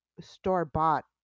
store-bought